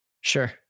Sure